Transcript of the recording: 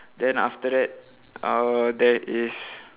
then after that uh there is